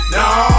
Nah